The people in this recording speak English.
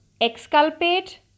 exculpate